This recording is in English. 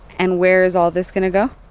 and where is all this going to go?